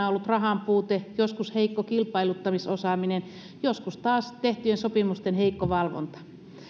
on ollut rahanpuute joskus heikko kilpailuttamisosaaminen joskus taas tehtyjen sopimusten heikko valvonta